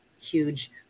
huge